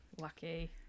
lucky